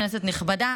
כנסת נכבדה,